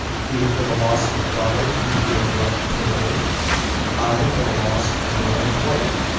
he for the loss of a daughter whom he had loved tenderly and i for the loss of a beloved wife,